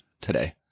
today